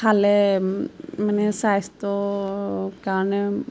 খালে মানে স্বাস্থ্য কাৰণে